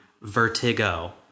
Vertigo